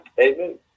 Amen